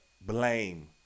blame